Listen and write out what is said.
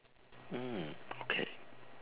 mm okay